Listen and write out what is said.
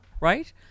right